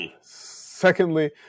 Secondly